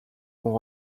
ont